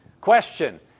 Question